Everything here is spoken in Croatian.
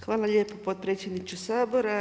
Hvala lijepa potpredsjedniče Sabora.